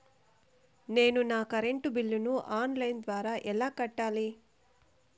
నేను నా కరెంటు బిల్లును ఆన్ లైను ద్వారా ఎలా కట్టాలి?